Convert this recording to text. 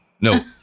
No